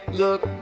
look